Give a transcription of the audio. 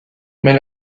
mais